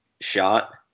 shot